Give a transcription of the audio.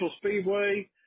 Speedway